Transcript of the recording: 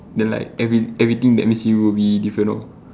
then like every~ everything that means will be different lor